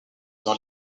dans